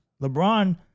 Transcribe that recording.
LeBron